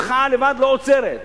מחאה לבד לא עוזרת.